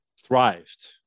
thrived